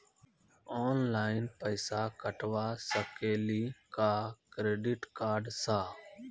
Online पैसा कटवा सकेली का क्रेडिट कार्ड सा?